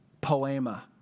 poema